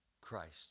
Christ